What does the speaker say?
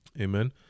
Amen